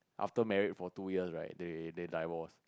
after married for two years right they they divorce